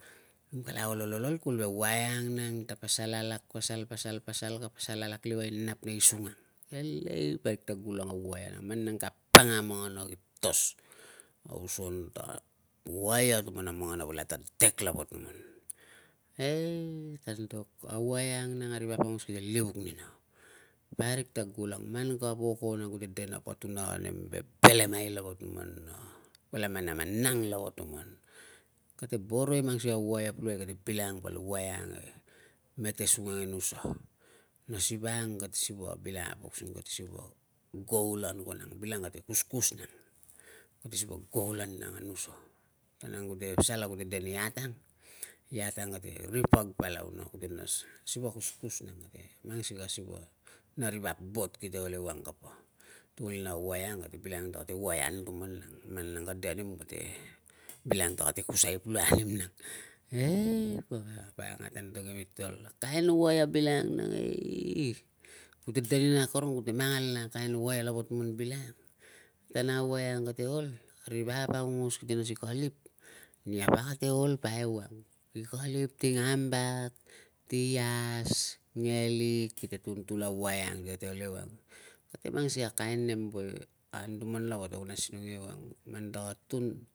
Nem kala ol ol ol, kuvul ve waia ang ka pasal alak pasal, pasal, pasal, pasal alak liuai nap nei sung ang. Elei! Parik ta gulang i waia nang! Man nang ka apanga na mangana kitos, a oson ta waia tuman na mangana vala tadek lava tuman. Ei ta antok! A waia ang nang a ri vap aungos te livuk nina, parik ta gulang! Man ka voko, kute de ni patuna nem vebelemai lava tuman na vala manamanang lava tuman. Kate boro i mang sikai a waia pulukai kate bilangang val waia ang e metesung ang e nusa. Na siva ang kate siva bilangang using kate siva gold an nang, bilangang kate akuskus nang, kate siva gold an nang a nusa, na nang kute pasal na kute de ni at ang, iat ang kate ripag palau na kute nas, siva kuskus nang. Mang sikei a siva na ri vap bot kite ol ewang kapa tukulina waia ang kate bilangang ta kate waia anutuman nang, man nang ka de nim kate bilangang ta kate kusai pulukai anim nang, ei po vap ang! Ate antok imitol! Kain waia bilangang nang, eiiiii kute de nina akorong kute mangal nang na kain waia lava tuman bilangang. Tan ang a waia ang kate ol, ri vap aungos kite nas ni kalip, nia pa kate ol pa ewang, ki kalip ti ngambak, ti ias, ngelik, kite tun tul a waia ang kate ol ewang. Kate mang sikai na kain nem woe anutuman lava kata kun asinong ia awang. Man taka tun